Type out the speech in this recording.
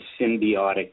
symbiotic